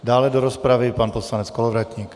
Dále do rozpravy pan poslanec Kolovratník.